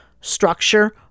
structure